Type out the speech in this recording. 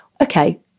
Okay